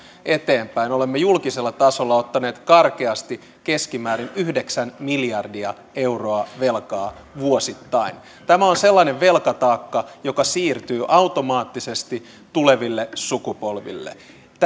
eteenpäin olemme julkisella tasolla ottaneet karkeasti keskimäärin yhdeksän miljardia euroa velkaa vuosittain tämä on sellainen velkataakka joka siirtyy automaattisesti tuleville sukupolville